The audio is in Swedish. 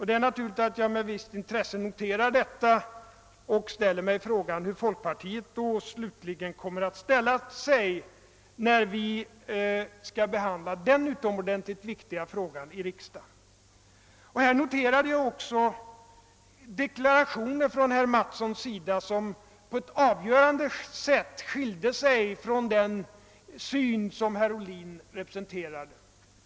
Det är naturligt att jag med visst intresse noterar detta och ställer mig frågan hur folkpartiet till slut kommer att ställa sig när vi skall behandla detta utomordentligt viktiga spörsmål i riksdagen. Jag konstaterade också att herr Mattssons deklarationer på ett avgörande sätt skilde sig från den syn som herr Ohlin representerar.